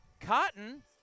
Cotton